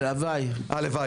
הלוואי.